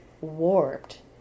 warped